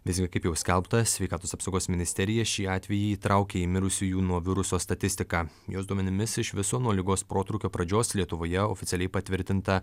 visgi kaip jau skelbta sveikatos apsaugos ministerija šį atvejį įtraukė į mirusiųjų nuo viruso statistiką jos duomenimis iš viso nuo ligos protrūkio pradžios lietuvoje oficialiai patvirtinta